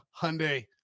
Hyundai